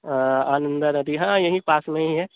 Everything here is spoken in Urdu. آنندہ ندی ہاں یہیں پاس میں ہی ہے